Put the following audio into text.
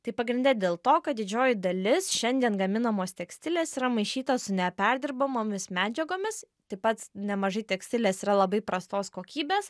tai pagrinde dėl to kad didžioji dalis šiandien gaminamos tekstilės yra maišyta su ne perdirbamomis medžiagomis taip pat nemažai tekstilės yra labai prastos kokybės